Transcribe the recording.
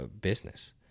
business